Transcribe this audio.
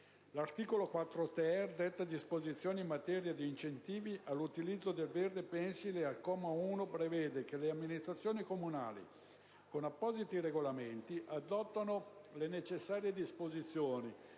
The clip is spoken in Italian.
Commissione detta disposizioni in materia di incentivi all'utilizzo del verde pensile e al comma 1 prevede che le amministratori comunali, con appositi regolamenti, adottino le necessarie disposizioni